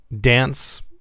dance